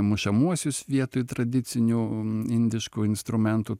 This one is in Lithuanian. mušamuosius vietoj tradicinių indiškų instrumentų